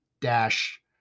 dash